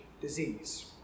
disease